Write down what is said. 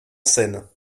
scène